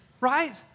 Right